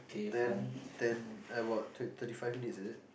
ten ten about thir~ thirty five minutes is it